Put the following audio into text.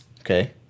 Okay